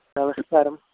నమస్కారం